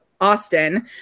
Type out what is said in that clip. Austin